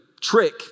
trick